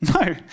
No